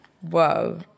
whoa